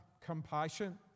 compassion